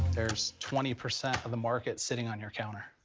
there's twenty percent of the market sitting on your counter.